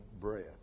bread